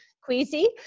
queasy